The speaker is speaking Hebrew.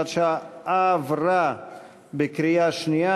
הוראת שעה) עברה בקריאה שנייה.